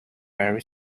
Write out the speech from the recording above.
very